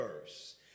verse